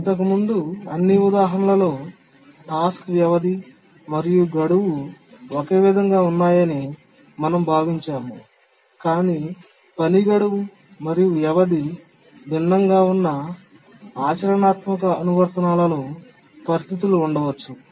ఇంతకుముందు అన్ని ఉదాహరణలలో టాస్క్ వ్యవధి మరియు గడువు ఒకే విధంగా ఉన్నాయని మనం భావించాము కాని పని గడువు మరియు వ్యవధి భిన్నంగా ఉన్న ఆచరణాత్మక అనువర్తనాలలో పరిస్థితులు ఉండవచ్చు